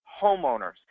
homeowners